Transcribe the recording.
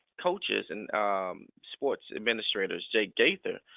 coaches and sports administrators, jake gaither,